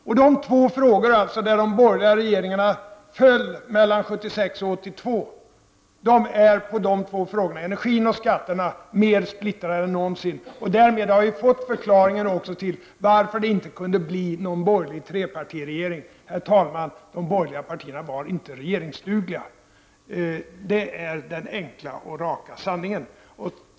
I de två frågor, energin och skatterna, på vilka de borgerliga regeringarna föll mellan 1976 och 1982, är de borgerliga partierna nu mer splittrade än någonsin. Därmed har jag fått förklaringen till varför det inte kunde bli någon borgerlig trepartiregering. De borgerliga partierna var inte regeringsdugliga. Det är den enkla och raka sanningen.